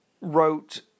wrote